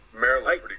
Maryland